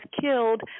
killed